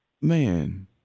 man